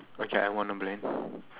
okay I wanna play